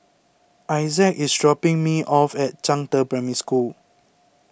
Issac is dropping me off at Zhangde Primary School